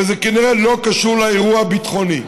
וזה כנראה לא קשור לאירוע הביטחוני.